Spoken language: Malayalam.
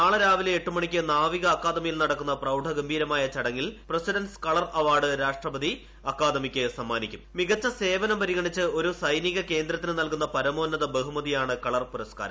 നാളെ രാവിലെ എട്ടുമുണ്ണിക്ക് നാവിക അക്കാദമിയിൽ നടക്കുന്ന പ്രൌഡഗംഭീരമായ ചടങ്ങിൽ പ്രിസിഡ്ന്റ്സ് കളർ അവാർഡ് രാഷ്ട്രപതി അക്കാദമിക്ക് സമ്മാനിക്കും ് മീക്കിച്ച് സേവനം പരിഗണിച്ച് ഒരു സൈനീക കേന്ദ്രത്തിന് നൽകുന്ന പ്ർമ്മോന്നത ബഹുമതിയാണ് കളർ പുരസ്കാരം